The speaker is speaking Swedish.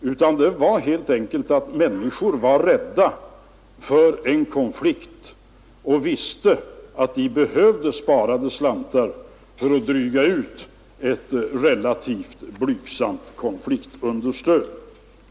utan anledningen var helt enkelt att människorna var rädda för en konflikt och visste att man behövde sparade slantar för att dryga ut ett relativt blygsamt konfliktunderstöd.